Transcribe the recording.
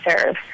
serve